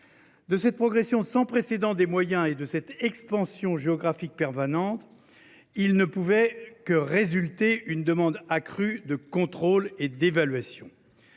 De cette progression sans précédent des moyens et de cette expansion géographique permanente, il ne pouvait résulter qu’une demande accrue de contrôle et d’évaluation.